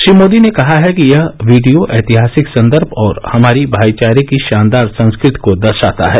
श्री मोदी ने कहा है कि यह वीडियो ऐतिहासिक संदर्भ और हमारी भाईचारे की शानदार संस्कृति को दर्शाता है